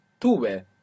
tuve